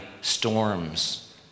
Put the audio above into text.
storms